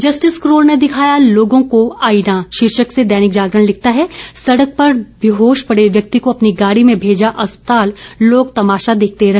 justice Karol ने दिखाया लोगों को आईना शीर्षक से दैनिक जागरण लिखता है सड़क पर बेहोश पड़े व्यक्ति को अपनी गाड़ी में भेजा अस्पताल लोग तमाशा देखते रहे